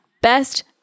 Best